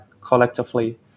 collectively